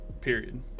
Period